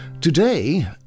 Today